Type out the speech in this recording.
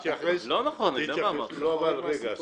סליחה,